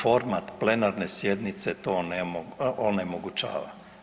Forma plenarne sjednice to onemogućava.